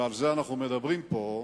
ועל זה אנחנו מדברים פה,